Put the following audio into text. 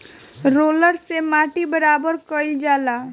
roller से माटी बराबर कइल जाला